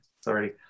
Sorry